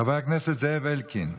חבר הכנסת זאב אלקין,